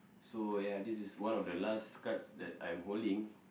so ya this is one of the last cards that I'm holding